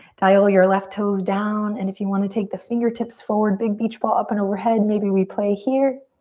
dial your left toes down and if we want to take the fingertips forward, big beach ball up and overhead. maybe we play here.